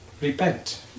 repent